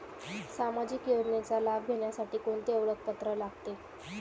सामाजिक योजनेचा लाभ घेण्यासाठी कोणते ओळखपत्र लागते?